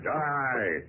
die